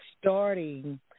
starting